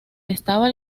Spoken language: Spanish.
estaba